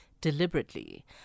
deliberately